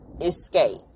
escape